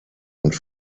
und